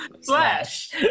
Slash